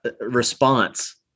response